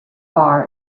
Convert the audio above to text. bar